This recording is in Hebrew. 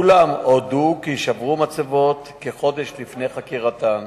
כולם הודו כי שברו מצבות כחודש לפני חקירתם,